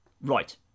Right